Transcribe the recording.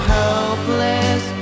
helpless